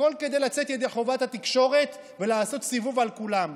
הכול כדי לצאת ידי חובת התקשורת ולעשות סיבוב על כולם.